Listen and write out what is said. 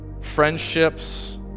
Friendships